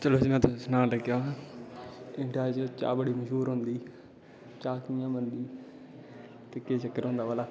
चलो में तुसें सनाना लगेआ कि च्हा बड़ी मश्हूर होंदी च्हा कियां बनदी ते केह् चक्कर होंदा भला